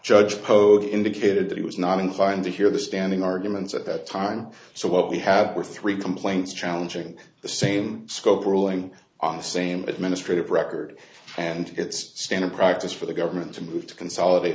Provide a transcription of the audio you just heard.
judge pogue indicated that he was not inclined to hear the standing arguments at that time so what we had were three complaints challenging the same scope ruling on the same administrative record and it's standard practice for the government to move to consolidate